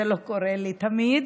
זה לא קורה לי תמיד.